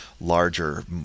larger